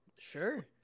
Sure